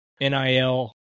NIL